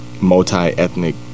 multi-ethnic